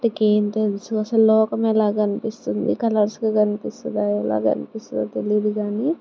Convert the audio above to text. వాటికి ఏం తెలుసు అసలు లోకం ఎలా కనిపిస్తుంది కలర్స్గా కనిపిస్తుందో ఎలా కనిపిస్తుందో తెలియదు కానీ